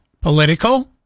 political